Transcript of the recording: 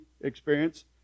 experience